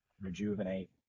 rejuvenate